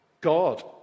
God